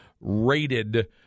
rated